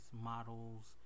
models